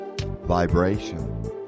vibration